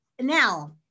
now